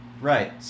Right